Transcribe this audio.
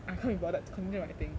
I can't be bothered to continue writing